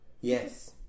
Yes